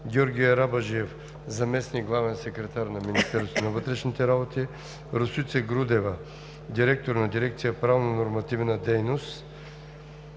Георги Арабаджиев – заместник главен секретар на Министерството на вътрешните работи, Росица Грудева – директор на дирекция „Правнонормативна дейност“,